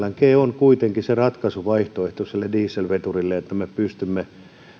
lng on kuitenkin se ratkaisuvaihtoehto sille dieselveturille että me pystymme